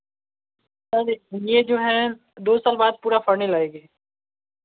sir यह जो है दो साल बाद पूरा फरने लगेगी